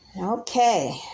Okay